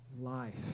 life